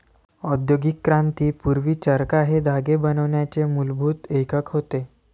औद्योगिक क्रांती पूर्वी, चरखा हे धागे बनवण्याचे मूलभूत एकक होते